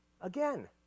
Again